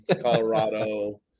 Colorado